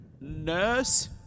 Nurse